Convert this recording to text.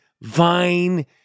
Vine